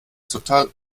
total